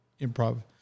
improv